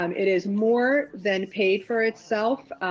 um it is more than paid for itself.